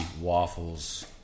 Waffles